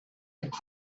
with